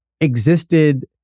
existed